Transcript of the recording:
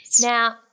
Now